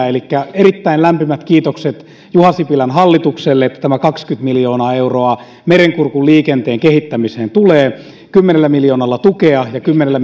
elikkä erittäin lämpimät kiitokset juha sipilän hallitukselle että tämä kaksikymmentä miljoonaa euroa merenkurkun liikenteen kehittämiseen tulee kymmenellä miljoonalla tulee tukea ja kymmenellä